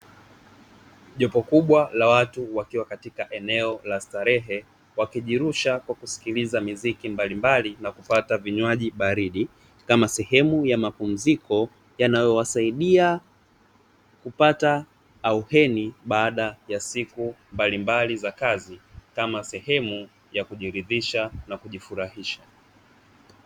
Jopo kubwa la watu wakiwa katika eneo la starehe wakijirusha kwa kusikiliza miziki mbalimbali na kupata vinywaji baridi, kama sehemu ya mapumziko yanayowasaidia kupata hauweni baada ya siku mbalimbali za kazi kama sehemu ya kujirizisha na kujifurahisha.